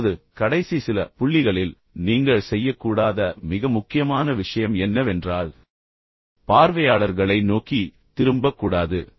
இப்போது கடைசி சில புள்ளிகளில் நீங்கள் செய்யக்கூடாத மிக முக்கியமான விஷயம் என்னவென்றால் பார்வையாளர்களை நோக்கி திரும்பக் கூடாது